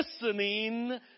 listening